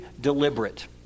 deliberate